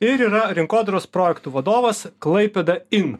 ir yra rinkodaros projektų vadovas klaipėda in